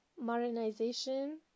modernization